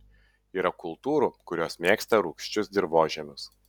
yra kultūrų kurios mėgsta rūgčius dirvožemius